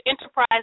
Enterprise